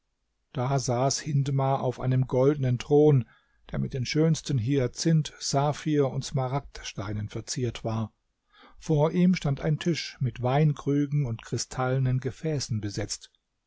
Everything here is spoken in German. da saß hindmar auf einem goldenen thron der mit den schönsten hyazinth saphir und smaragd steinen verziert war vor ihm stand ein tisch mit weinkrügen und kristallenen gefäßen besetzt